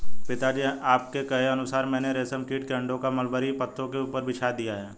पिताजी आपके कहे अनुसार मैंने रेशम कीट के अंडों को मलबरी पत्तों के ऊपर बिछा दिया है